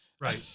Right